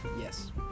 Yes